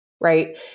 right